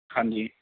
ਹਾਂਜੀ